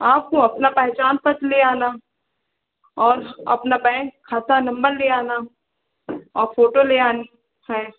आपको अपना पहचान पत्र ले आना और अपना बैंक खाता नम्बर ले आना और फ़ोटो ले आनी हैं